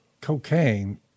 cocaine